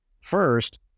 first